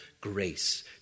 grace